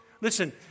listen